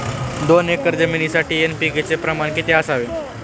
दोन एकर जमिनीसाठी एन.पी.के चे प्रमाण किती असावे?